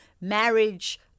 marriage